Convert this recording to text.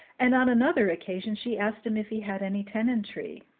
and on another occasion she asked him if he had any tenantry.